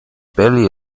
belly